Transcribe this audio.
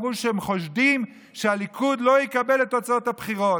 אמרו שהם חושדים שהליכוד לא יקבל את תוצאות הבחירות.